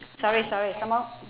sorry sorry some more